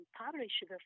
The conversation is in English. published